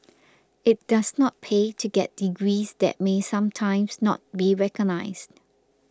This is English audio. it does not pay to get degrees that may sometimes not be recognised